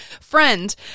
Friend